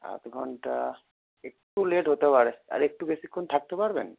আধ ঘন্টা একটু লেট হতে পারে আরেকটু বেশিক্ষণ থাকতে পারবেন